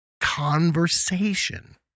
conversation